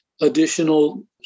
Additional